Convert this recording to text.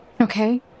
Okay